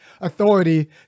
authority